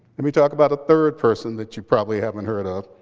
me talk about a third person that you probably haven't heard of,